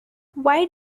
why